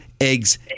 eggs